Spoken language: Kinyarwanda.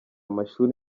mashuri